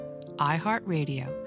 iHeartRadio